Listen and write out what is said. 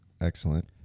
Excellent